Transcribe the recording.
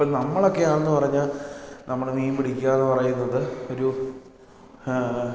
ഇപ്പം നമ്മളൊക്കെ എന്ന് പറഞ്ഞാൽ നമ്മൾ മീൻ പിടിക്കാന്ന് പറയുന്നത് ഒരു